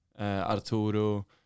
Arturo